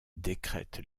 décrète